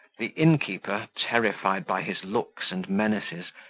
the innkeeper, terrified by his looks and menaces,